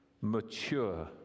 mature